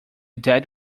dead